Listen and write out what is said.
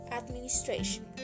administration